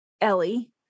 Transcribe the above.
Ellie